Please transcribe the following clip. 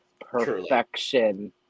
Perfection